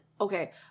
okay